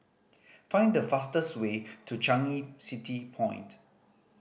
find the fastest way to Changi City Point